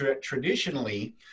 traditionally